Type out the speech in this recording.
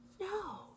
No